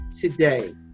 today